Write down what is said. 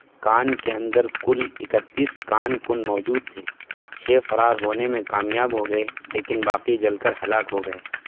کان کے اندر کل اکتیس کار کن موجود تھے چھ فرار ہونے میں کامیاب ہو گئے لیکن باقی جل کر ہلاک ہو گئے